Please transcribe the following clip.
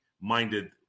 minded